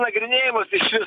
nagrinėjimas išvis